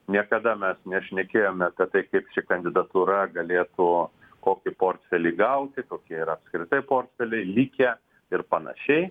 niekada mes nešnekėjome apie tai kiek ši kandidatūra galėtų kokį portfelį gauti kokie yra apskritai portfeliai likę ir panašiai